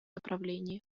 направлении